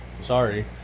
sorry